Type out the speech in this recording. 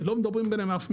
לא מדברים ביניהם אף מילה.